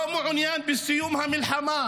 לא מעוניין בסיום המלחמה,